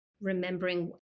remembering